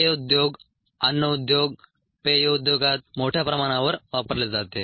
हे उद्योग अन्न उद्योग पेय उद्योगात मोठ्या प्रमाणावर वापरले जाते